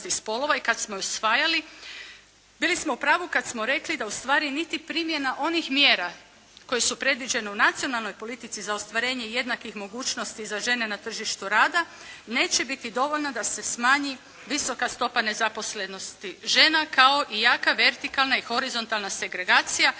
spolova i kada smo ju usvajali, bili smo u pravu kada smo rekli da ustvari niti primjena onih mjera koje su predviđene u nacionalnoj politici za ostvarenje jednakih mogućnosti za žene na tržištu rada, neće biti dovoljna da se smanji visoka stopa nezaposlenosti žena kao i jaka vertikalna i horizontalna segregacija